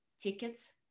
tickets